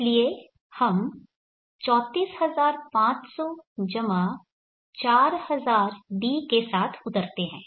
इसलिए हम 34500 4000d के साथ उतरते हैं